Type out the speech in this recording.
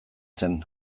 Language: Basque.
zen